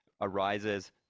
arises